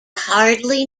hardly